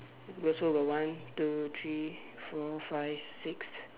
you also got one two three four five six